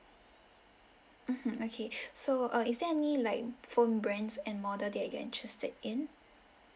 mmhmm okay so uh is there any like phone brands and model that you're interested in